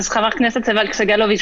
חבר הכנסת סגלוביץ',